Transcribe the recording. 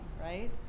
right